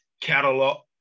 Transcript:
catalog